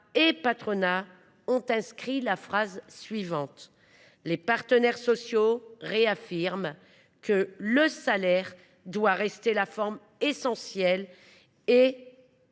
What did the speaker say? et patronat se sont accordé sur la phrase suivante :« Les partenaires sociaux réaffirment que le salaire doit rester la forme essentielle de